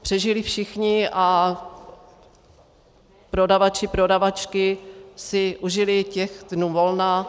Přežili všichni a prodavači, prodavačky si užili těch dnů volna.